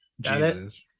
Jesus